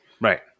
right